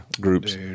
groups